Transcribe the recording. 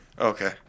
Okay